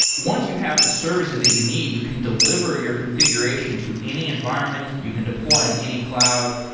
once you have the services that you need, you can delivery your configuration to any environment, you can deploy on any cloud,